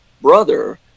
brother